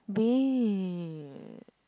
babe